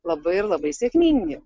labai ir labai sėkmingi